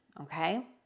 okay